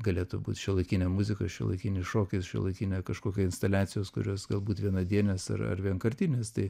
galėtų būt šiuolaikinė muzika šiuolaikinis šokis šiuolaikinė kažkokia instaliacijos kurios galbūt vienadienės ar ar vienkartinės tai